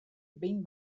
behin